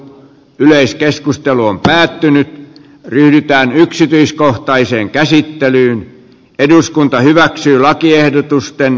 yleiskeskustelu on päättynyt ryydittää yksityiskohtaiseen käsittelyyn eduskunta hyväksyy lakiehdotusten